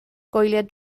gwyliau